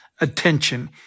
attention